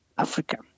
Africa